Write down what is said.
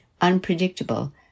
unpredictable